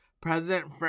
President